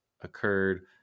occurred